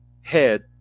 head